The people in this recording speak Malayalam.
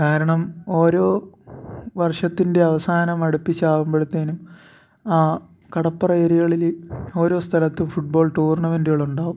കാരണം ഓരോ വർഷത്തിൻ്റെയും അവസാനം അടുപ്പിച്ച് ആവുമ്പോഴത്തേക്കും ആ കടപ്പുറം ഏരിയകളിൽ ഓരോ സ്ഥലത്തും ഫുട്ബോൾ ടൂർണമെൻ്റുകൾ ഉണ്ടാവും